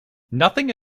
nothing